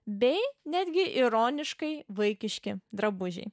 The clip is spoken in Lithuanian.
bei netgi ironiškai vaikiški drabužiai